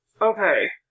Okay